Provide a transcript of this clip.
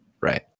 Right